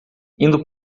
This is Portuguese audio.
indo